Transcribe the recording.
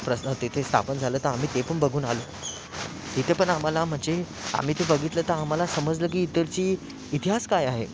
प्रसा तेथे स्थापन झालं तर आम्ही ते पण बघून आलो तिथे पण आम्हाला म्हणजे आम्ही ते बघितलं तर आम्हाला समजलं की इकडची इतिहास काय आहे